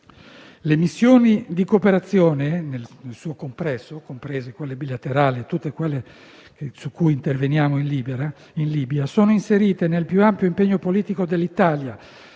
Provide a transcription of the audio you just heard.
Le missioni di cooperazione nel loro complesso, comprese quelle bilaterali e tutte quelle su cui interveniamo in Libia, sono inserite nel più ampio impegno politico dell'Italia